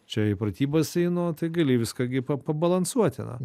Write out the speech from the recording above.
čia į pratybas einu tai gali viską gi pa pabalansuoti na